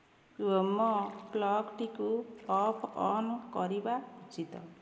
Wemo ପ୍ଲଗଟିକୁ off on କରିବା ଉଚିତ